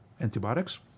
antibiotics